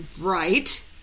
Right